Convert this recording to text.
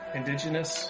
indigenous